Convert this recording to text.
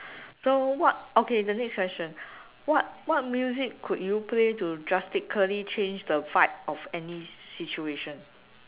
so what okay the next question what what music could you play to drastically change the vibe of any situation